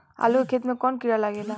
आलू के खेत मे कौन किड़ा लागे ला?